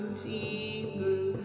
deeper